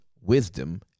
wisdom